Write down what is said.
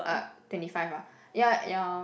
uh twenty five ah ya ya